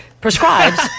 Prescribes